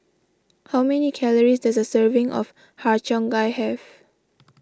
how many calories does a serving of Har Cheong Gai have